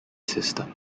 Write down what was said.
system